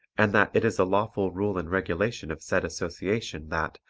and that it is a lawful rule and regulation of said association that,